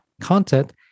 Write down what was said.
content